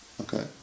Okay